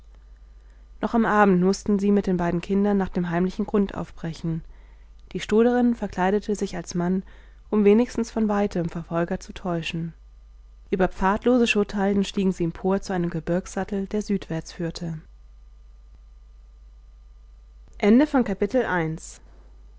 noch am abend mußten sie mit den beiden kindern nach dem heimlichen grund aufbrechen die stoderin verkleidete sich als mann um wenigstens von weitem verfolger zu täuschen über pfadlose schutthalden stiegen sie empor zu einem gebirgssattel der südwärts führte